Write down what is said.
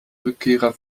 rückkehrer